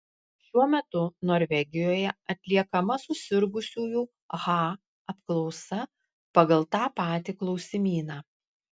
šiuo metu norvegijoje atliekama susirgusiųjų ha apklausa pagal tą patį klausimyną